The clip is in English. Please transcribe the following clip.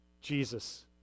Jesus